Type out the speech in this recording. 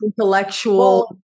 intellectual